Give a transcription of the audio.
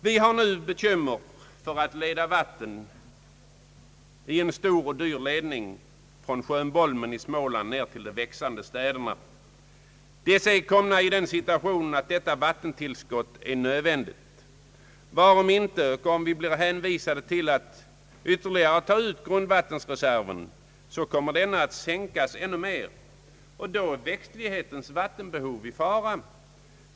Vi har redan nu bekymmer med att leda vatten i en stor och dyr ledning från sjön Bolmen i Småland ner till de växande städerna, där situationen är sådan att detta vattentillskott är nödvändigt. Varom inte och om vi blir hänvisade till att ytterligare ta ut grundvattenreserven kommer denna att sän kas ännu mer, och då är växtlighetens vattenbehov i fara.